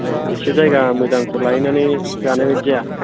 औ एसे जायगा मोजांखौ लाहैनानै जानाय बायदि जाया